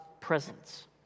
presence